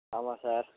ஆமாம் சார்